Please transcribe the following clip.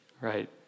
Right